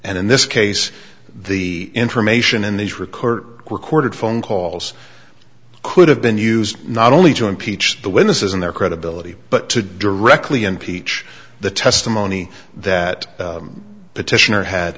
and in this case the information in these recorder recorded phone calls could have been used not only join ph the witnesses and their credibility but to directly impeach the testimony that petitioner had